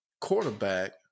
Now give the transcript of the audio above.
quarterback